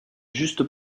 juste